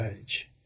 age